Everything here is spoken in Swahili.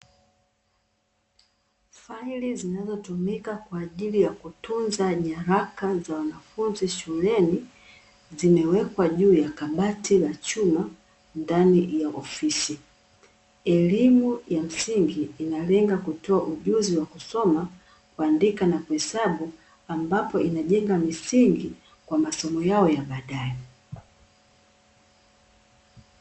Faili zinazotumika kwa ajili ya kutunza nyaraka za wanafunzi shuleni, zimewekwa juu ya kabati la chuma ndani ya ofisi, elimu ya msingi inalenga kutoa ujuzi wa kusoma, kuandika na kuhesabu ambapo inajenga misingi kwa masomo yao ya badae.